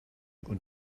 und